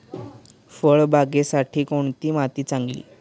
फळबागेसाठी कोणती माती चांगली?